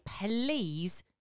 Please